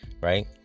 right